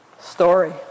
story